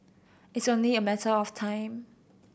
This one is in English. it's only a matter of time